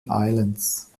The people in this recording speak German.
islands